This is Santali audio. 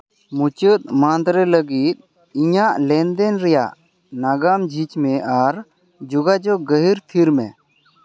ᱢᱩᱪᱟᱹᱫ ᱢᱟᱱᱛᱷ ᱨᱮ ᱞᱟᱹᱜᱤᱫ ᱤᱧᱟᱹᱜ ᱞᱮᱱᱫᱮᱱ ᱨᱮᱭᱟᱜ ᱱᱟᱜᱟᱢ ᱡᱷᱤᱡᱽ ᱢᱮ ᱟᱨ ᱡᱳᱜᱟᱡᱳᱜᱽ ᱜᱟᱹᱦᱤᱨ ᱛᱷᱤᱨ ᱢᱮ